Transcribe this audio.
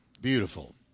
Beautiful